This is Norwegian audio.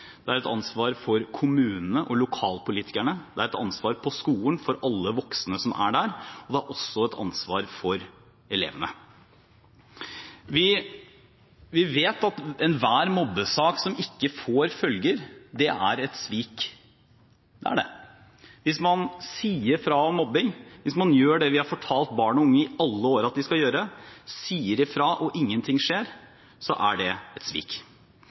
det er et ansvar for kommunene og lokalpolitikerne, det er et ansvar for skolen, for alle voksne som er der, og det er også et ansvar for elevene. Vi vet at enhver mobbesak som ikke får følger, er et svik – det er det. Hvis man sier fra om mobbing, hvis man gjør det vi har fortalt barn og unge i alle år at de skal gjøre, å si fra, og ingenting skjer, er det er svik.